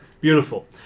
Beautiful